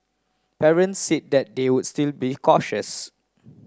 parents they would still be cautious